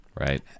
Right